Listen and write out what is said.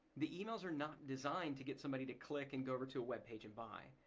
the emails are not designed to get somebody to click and go over to a webpage and buy.